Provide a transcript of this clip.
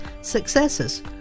successes